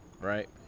right